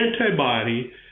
antibody